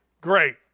great